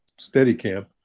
Steadicam